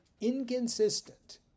inconsistent